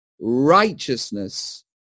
righteousness